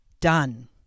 done